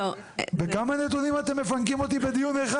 בכמה נתונים אתם מפנקים אותי בדיון אחד?